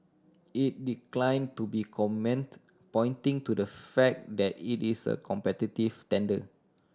it declined to be comment pointing to the fact that it is a competitive tender